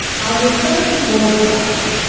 our research is world class,